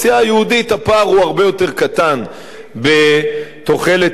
הפער הוא הרבה יותר קטן בתוחלת החיים.